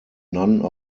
none